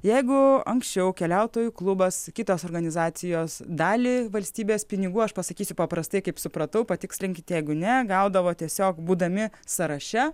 jeigu anksčiau keliautojų klubas kitos organizacijos dalį valstybės pinigų aš pasakysiu paprastai kaip supratau patikslinkite jeigu ne gaudavo tiesiog būdami sąraše